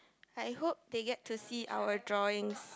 I hope they get to see our drawings